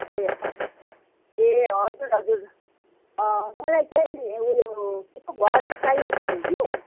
ए ए हजुर हजुर मलाई चाहिँ उयो के पो घरहरू चाहिएको थियो कि